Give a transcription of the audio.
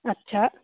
আচ্ছা